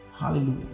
Hallelujah